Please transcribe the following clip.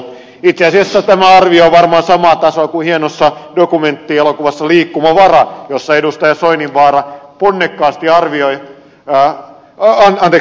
itse asiassa tämä arvio on varmaan samaa tasoa kuin hienossa dokumenttielokuvassa liikkumavara jossa edustaja soininvaara pulli kahtia arvioi ja ed